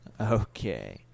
okay